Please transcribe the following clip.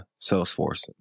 Salesforce